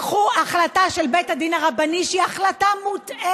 לקחו החלטה של בית הדין הרבני, שהיא החלטה מוטעית,